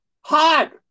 hot